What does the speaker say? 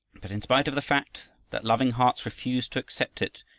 but in spite of the fact that loving hearts refused to accept it,